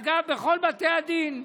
אגב, בכל בתי הדין,